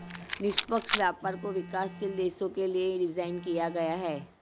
निष्पक्ष व्यापार को विकासशील देशों के लिये डिजाइन किया गया है